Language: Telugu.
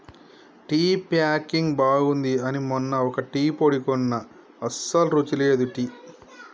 టీ ప్యాకింగ్ బాగుంది అని మొన్న ఒక టీ పొడి కొన్న అస్సలు రుచి లేదు టీ